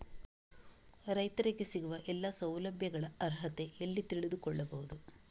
ರೈತರಿಗೆ ಸಿಗುವ ಎಲ್ಲಾ ಸೌಲಭ್ಯಗಳ ಅರ್ಹತೆ ಎಲ್ಲಿ ತಿಳಿದುಕೊಳ್ಳಬಹುದು?